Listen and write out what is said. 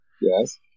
Yes